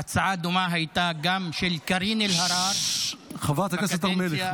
הצעה דומה הייתה גם של קארין אלהרר ----- חברת הכנסת הר מלך,